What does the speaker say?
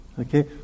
Okay